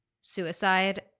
suicide